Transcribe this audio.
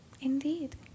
Indeed